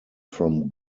from